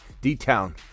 D-town